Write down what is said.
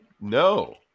No